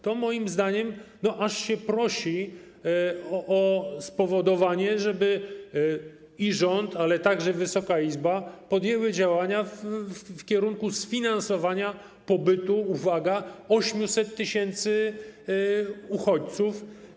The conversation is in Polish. To moim zdaniem aż się prosi o spowodowanie, żeby i rząd, ale także Wysoka Izba podjęli działania w kierunku sfinansowania pobytu, uwaga, 800 tys. uchodźców.